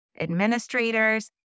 administrators